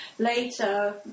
Later